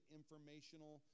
informational